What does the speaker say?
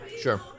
sure